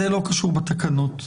זה לא קשור לתקנות.